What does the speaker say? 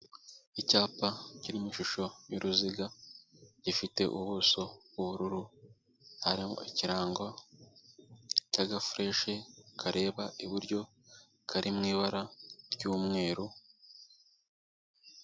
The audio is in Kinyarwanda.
Icyapa kiri mu ishusho y'uruziga, gifite ubuso bw'ubururu harimo ikirango gifite agafureshi kareba iburyo kari mu ibara ry'umweru.